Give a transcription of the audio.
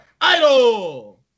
Idol